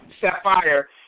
Sapphire